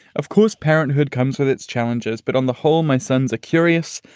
of course, parenthood comes with its challenges, but on the whole, my son's a curious,